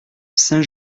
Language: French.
saint